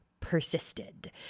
persisted